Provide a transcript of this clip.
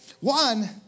One